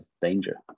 danger